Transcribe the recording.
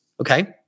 okay